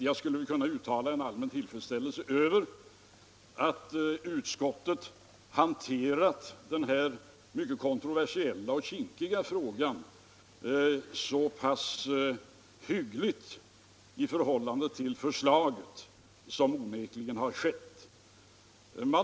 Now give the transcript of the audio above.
Jag skulle väl kunna uttala en allmän tillfredsställelse över att utskottet hanterat den här mycket kontroversiella och kinkiga frågan så pass hyggligt i förhållande till propositionen, vilket onekligen har skett.